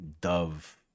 Dove